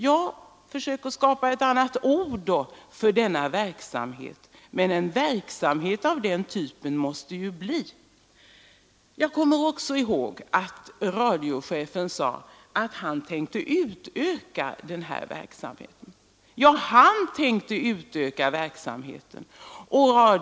Men försök då hitta ett annat ord! En verksamhet av vår typ måste det ju ändå bli. Jag kommer också ihåg att radiochefen sade att han tänkte utöka kontaktverksamheten.